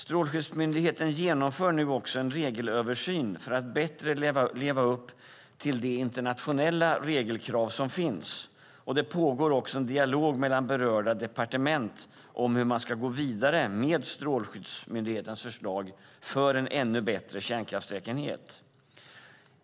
Strålsäkerhetsmyndigheten genomför nu också en regelöversyn för att bättre leva upp till de internationella regelkrav som finns. Det pågår också en dialog mellan berörda departement om hur man ska gå vidare med Strålsäkerhetsmyndighetens förslag för en ännu bättre kärnkraftssäkerhet.